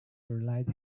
relied